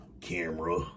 camera